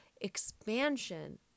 expansion